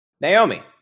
Naomi